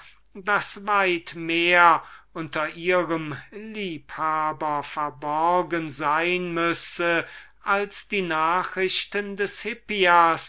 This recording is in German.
daß weit mehr unter ihrem liebhaber verborgen sei als die nachrichten des hippias